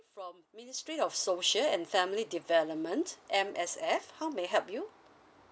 from ministry of social and family development M_S_F how may I help you